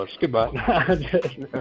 Goodbye